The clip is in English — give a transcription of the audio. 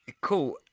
cool